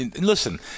Listen